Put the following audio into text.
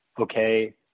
okay